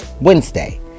Wednesday